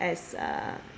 as uh